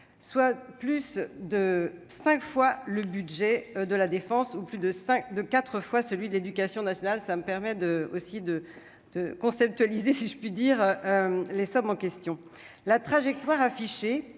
soit plus de 5 fois le budget de la Défense, où plus de cinq de 4 fois celui de l'éducation nationale, ça me permet de aussi de de conceptualiser si je puis dire, les sommes en question la trajectoire bien